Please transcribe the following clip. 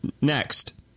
next